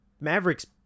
Maverick's